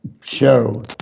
show